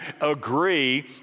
agree